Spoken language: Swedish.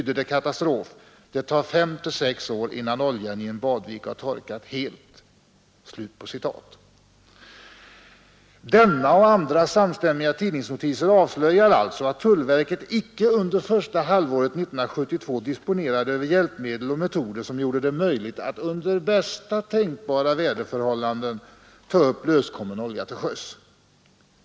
Det tar 5—6 år innan oljan i en badvik har torkat helt.” Denna och andra samstämmiga tidningsnotiser avslöjar alltså, att tullverket icke under första halvåret 1972 disponerade över hjälpmedel och metoder som gjorde det möjligt att under bästa tänkbara väderleksförhållanden ta upp löskommen olja till sjöss.